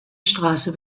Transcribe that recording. straße